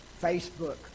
Facebook